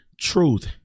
truth